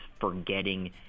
forgetting